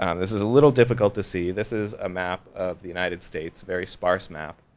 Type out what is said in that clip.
and this is a little difficult to see. this is a map of the united states very sparse map,